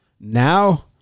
Now